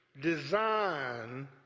design